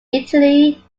italy